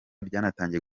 byanatangiye